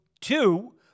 two